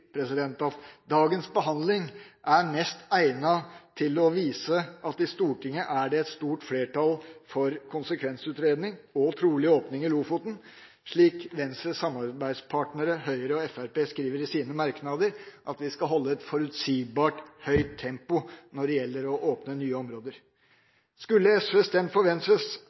at dagens behandling er mest egnet til å vise at i Stortinget er det et stort flertall for konsekvensutredning – og trolig åpning – i Lofoten, slik Venstres samarbeidspartnere Høyre og Fremskrittspartiet skriver i sine merknader: Vi skal «holde et forutsigbart og høyt tempo når det gjelder å åpne nye områder». Skulle SV stemt for Venstres